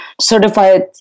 certified